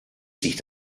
sich